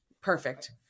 perfect